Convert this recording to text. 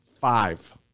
Five